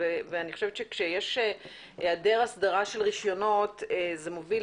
אז כשיש היעדר אסדרה של רישיונות זה מוביל